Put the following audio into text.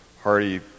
Hardy